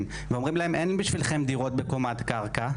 ואומרים להם אין בשבילכם דירות בקומת קרקע.